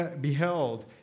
beheld